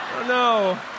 No